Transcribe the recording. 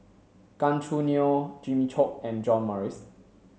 Gan Choo Neo Jimmy Chok and John Morrice